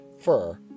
fur